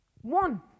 One